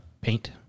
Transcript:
paint